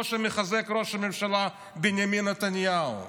שמחזק אותו ראש הממשלה בנימין נתניהו,